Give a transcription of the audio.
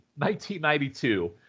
1992